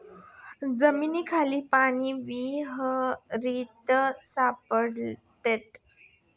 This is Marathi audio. जमिनीखालील पाणी विहिरीत सापडते